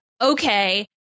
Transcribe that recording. okay